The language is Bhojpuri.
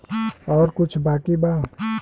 और कुछ बाकी बा?